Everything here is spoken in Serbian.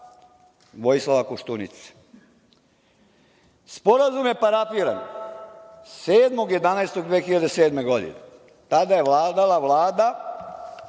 Vojislava Koštunice. Sporazum je parafiran 7.11.2007. godine. Tada je vladala Vlada